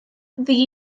ddi